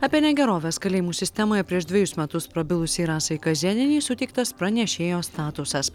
apie negeroves kalėjimų sistemoje prieš dvejus metus prabilusiai rasai kazėnienei suteiktas pranešėjo statusas